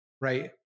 right